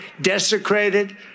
desecrated